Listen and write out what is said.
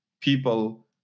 people